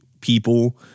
people